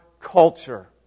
culture